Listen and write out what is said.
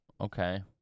Okay